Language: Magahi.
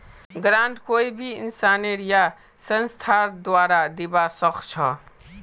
ग्रांट कोई भी इंसानेर या संस्थार द्वारे दीबा स ख छ